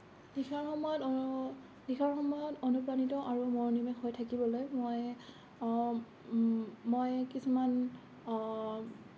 লিখাৰ সময়ত লিখাৰ সময়ত অনুপ্ৰাণিত আৰু মনোনিৱেশ থাকিবলৈ মই মই কিছুমান